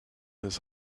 his